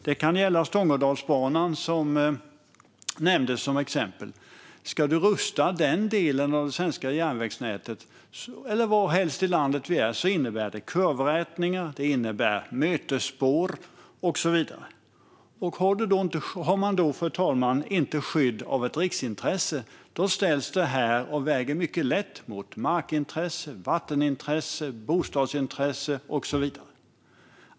Det kan gälla Stångådalsbanan, som nämndes. Om den delen av det svenska järnvägsnätet - eller varhelst i landet det gäller - ska rustas innebär det kurvrätningar, mötesspår och så vidare. Har man då, fru talman, inte skydd av ett riksintresse ställs det här - och det väger mycket lätt - mot markintresse, vattenintresse, bostadsintresse och så vidare.